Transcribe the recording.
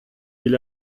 will